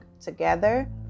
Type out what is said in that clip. together